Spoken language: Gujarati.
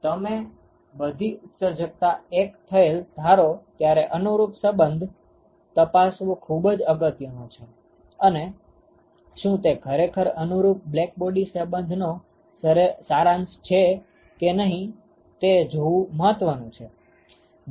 જો તમે બધી ઉત્સર્જકતા 1 થયેલ ધારો ત્યારે અનુરૂપ સંબંધ તપાસવો ખુબ જ અગત્યનો છે અને શું તે ખરેખર અનુરૂપ બ્લેક્બોડી સંબંધનો સારાંશ છે કે નહી તે જોવું મહત્વનુ છે